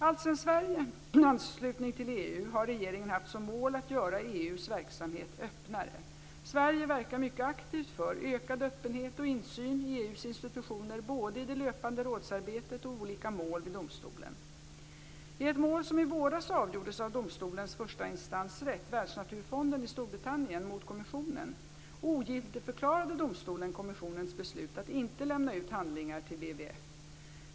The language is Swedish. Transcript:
Alltsedan Sveriges anslutning till EU har regeringen haft som mål att göra EU:s verksamhet öppnare. Sverige verkar mycket aktivt för ökad öppenhet och insyn i EU:s institutioner både i det löpande rådsarbetet och i olika mål vid domstolen. I ett mål som i våras avgjordes av domstolens förstainstansrätt - Världsnaturfonden i Storbritannien mot kommissionen - ogiltigförklarade domstolen kommissionens beslut att inte lämna ut handlingar till WWF.